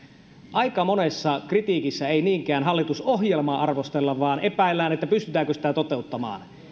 aika monessa kritiikissä ei niinkään arvostella hallitusohjelmaa vaan epäillään pystytäänkö sitä toteuttamaan